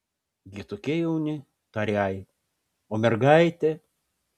jie tokie jauni tarė ai o mergaitė